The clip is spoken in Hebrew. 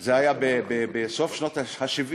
זה היה בסוף שנות ה-70,